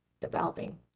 developing